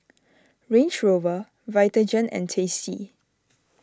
Range Rover Vitagen and Tasty